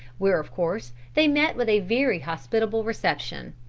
where of course they met with a very hospitable reception.